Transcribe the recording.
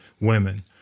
women